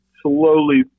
slowly